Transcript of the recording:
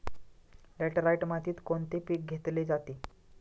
Laterite मातीत कोणते पीक घेतले जाते?